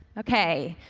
okay.